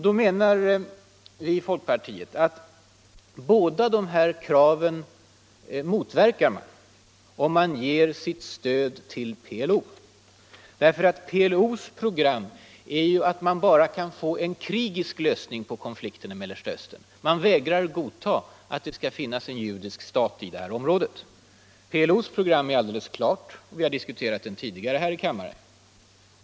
Vi i folkpartiet menar att man motverkar båda dessa krav om man ger sitt stöd till PLO. PLO:s uppfattning är ju att konflikten i Mellersta Östern bara kan få en krigisk lösning. Organisationen vägrar godta en judisk stat i området. PLO:s program är alldeles klart. Om det har vi diskuterat tidigare här i kammaren.